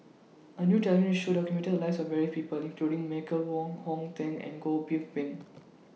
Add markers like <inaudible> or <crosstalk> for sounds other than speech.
A New television Show documented The Lives of various People including Michael Wong Hong Teng and Goh <unintelligible> Bin